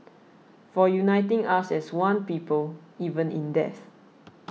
for uniting us as one people even in death